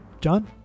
John